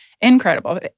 Incredible